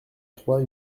trois